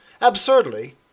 Absurdly